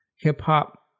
hip-hop